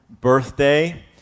birthday